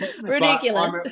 ridiculous